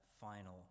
final